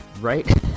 right